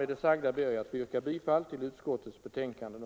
Med det sagda ber jag att få yrka bifall till utskottets hemställan.